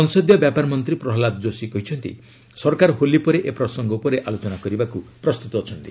ସଂସଦୀୟ ବ୍ୟାପାର ମନ୍ତ୍ରୀ ପ୍ରହଲାଦ ଯୋଶୀ କହିଛନ୍ତି ସରକାର ହୋଲି ପରେ ଏ ପ୍ରସଙ୍ଗରେ ଆଲୋଚନା କରିବାକୁ ପ୍ରସ୍ତୁତ ଅଛନ୍ତି